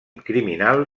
criminal